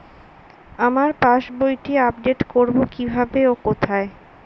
আমার পাস বইটি আপ্ডেট কোরবো কীভাবে ও কোথায়?